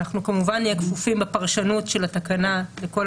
אנחנו כמובן נהיה כפופים בפרשנות של התקנה לכל